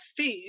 food